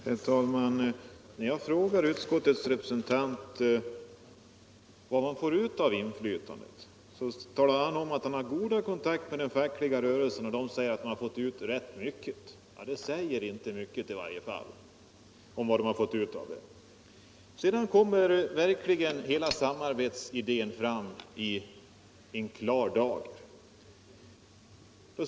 Herr talman! När jag frågar utskottets representant vad man får ut av det här inflytandet, svarar han att han har goda kontakter med den fackliga rörelsen och att man där anser att man får utrett mycket. Det säger inte mycket om vad man har fått ut av inflytandet. Här framstår verkligen hela samarbetsidén i en klar dager.